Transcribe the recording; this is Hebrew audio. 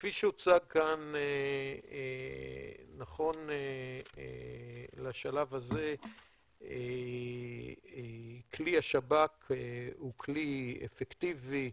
כפי שהוצג כאן נכון לשלב הזה כלי השב"כ הוא כלי אפקטיבי,